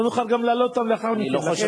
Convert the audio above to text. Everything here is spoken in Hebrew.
לא נוכל גם להעלות אותם לאחר מכן.